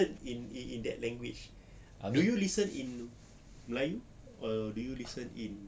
in in in that language do you listen in melayu or do you listen in